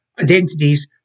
identities